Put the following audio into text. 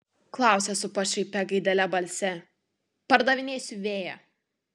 klausia su pašaipia gaidele balse pardavinėsiu vėją